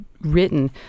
written